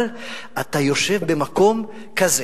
אבל אתה יושב במקום כזה